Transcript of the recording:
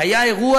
היה אירוע